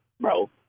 bro